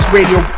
Radio